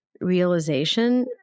realization